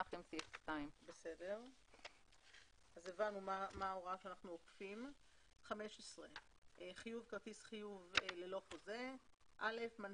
עם סעיף 2. "15.חיוב כרטיס חיוב ללא חוזה.